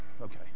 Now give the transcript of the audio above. Okay